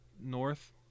north